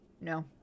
No